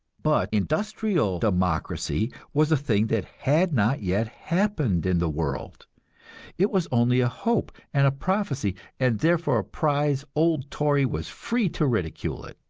but industrial democracy was a thing that had not yet happened in the world it was only a hope and a prophecy, and therefore a prize old tory was free to ridicule it.